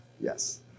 Yes